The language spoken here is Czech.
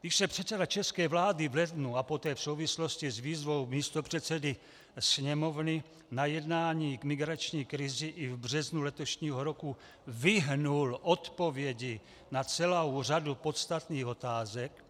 Když se předseda české vlády v lednu a poté v souvislosti s výzvou místopředsedy Sněmovny na jednání k migrační krizi i v březnu letošního roku vyhnul odpovědi na celou řadu podstatných otázek,